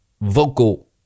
vocal